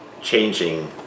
changing